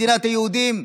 מדינת היהודים?